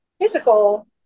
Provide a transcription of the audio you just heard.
physical